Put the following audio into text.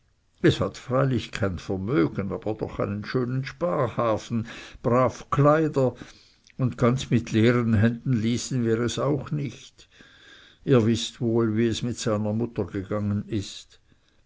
es hat freilich kein vermögen aber doch einen schönen sparhafen brav kleider und ganz mit leeren händen ließen wir es auch nicht ihr wißt wohl wie es mit seiner mutter gegangen ist